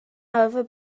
arfer